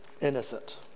innocent